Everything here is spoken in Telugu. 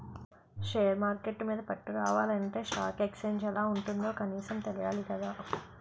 షేర్ మార్కెట్టు మీద పట్టు రావాలంటే స్టాక్ ఎక్సేంజ్ ఎలా ఉంటుందో కనీసం తెలియాలి కదా